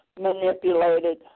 manipulated